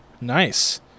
Nice